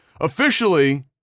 officially